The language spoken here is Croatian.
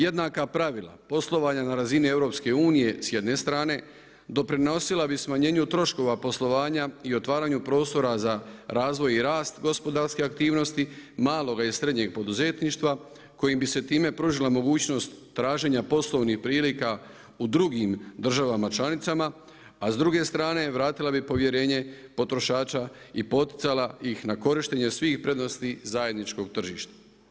Jednaka pravila poslovanja na razini EU s jedne strane doprinosila bi smanjenju troškova poslovanja i otvaranju prostora za razvoj i rast gospodarskih aktivnosti, maloga i srednjeg poduzetništva kojim bi se time pružila mogućnost traženja poslovnih prilika u drugim državama članicama, a s druge strane vratila bi povjerenje potrošača i poticala iz na korištenje svih prednosti zajedničkog tržišta.